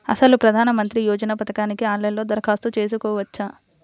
అసలు ప్రధాన మంత్రి యోజన పథకానికి ఆన్లైన్లో దరఖాస్తు చేసుకోవచ్చా?